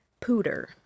Pooter